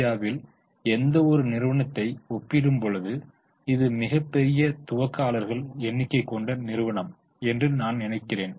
இந்தியாவில் எந்த ஒரு நிறுவனத்தை ஒப்பிடும் பொழுது இது மிகப்பெரிய துவக்காளர்கள் எண்ணிக்கை கொண்ட நிறுவனம் என்று நான் நினைக்கிறேன்